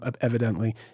evidently